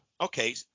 Okay